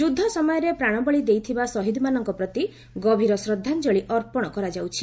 ଯୁଦ୍ଧ ସମୟରେ ପ୍ରାଶବଳୀ ଦେଇଥିବା ଶହୀଦମାନଙ୍କ ପ୍ରତି ଗଭୀର ଶ୍ରଦ୍ଧାଞ୍ଜଳି ଅର୍ପଣ କରାଯାଉଛି